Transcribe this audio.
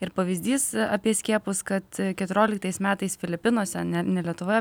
ir pavyzdys apie skiepus kad keturioliktais metais filipinuose ne ne lietuvoje